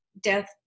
death